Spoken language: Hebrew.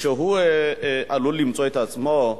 שהוא עלול למצוא את עצמו,